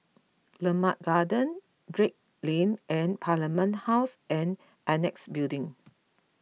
Limau Garden Drake Lane and Parliament House and Annexe Building